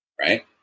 right